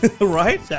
Right